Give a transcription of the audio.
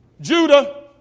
Judah